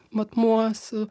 matmuo su